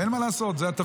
ואין מה לעשות, זה התפקיד.